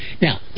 Now